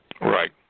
Right